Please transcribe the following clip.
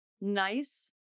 nice